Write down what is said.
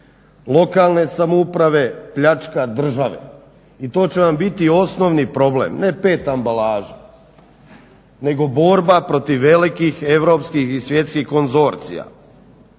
Lokalne samouprave pljačka države i to će vam biti osnovni problem, ne PET ambalaža nego borba protiv velikih i svjetskih i europskih konzorcija,